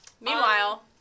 Meanwhile